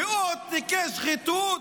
ועוד תיקי שחיתות.